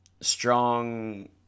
strong